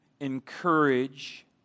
encourage